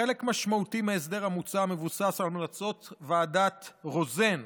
חלק משמעותי מההסדר המוצע מבוסס על המלצות ועדת רוזן,